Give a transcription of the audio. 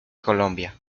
colombia